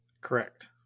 Correct